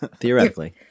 Theoretically